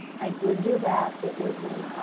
i did do that, it was in